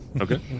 okay